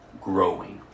growing